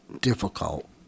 difficult